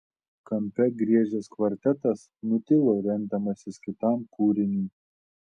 kampe griežęs kvartetas nutilo rengdamasis kitam kūriniui